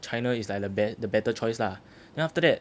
china is like the be~ the better choice lah then after that